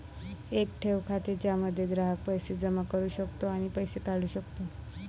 एक ठेव खाते ज्यामध्ये ग्राहक पैसे जमा करू शकतो आणि पैसे काढू शकतो